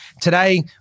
Today